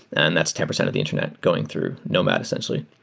and that's ten percent of the internet going through nomad essentially.